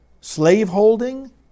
slave-holding